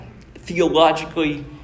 theologically